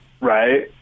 right